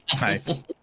Nice